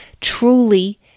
truly